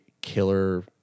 killer